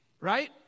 right